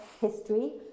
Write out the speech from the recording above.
history